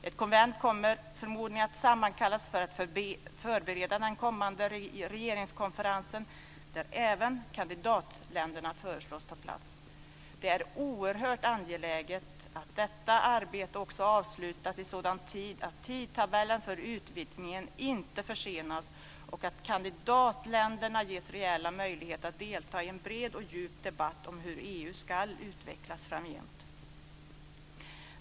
Ett konvent kommer förmodligen att sammankallas för att förbereda den kommande regeringskonferensen, där även kandidatländerna föreslås ta plats. Det är oerhört angeläget att detta arbete också avslutas i sådan tid att tidtabellen för utvidgningen inte försenas och att kandidatländerna ges reella möjligheter att delta i en bred och djup debatt om hur EU ska utvecklas framgent.